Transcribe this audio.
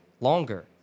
longer